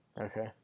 Okay